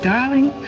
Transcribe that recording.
Darling